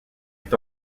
est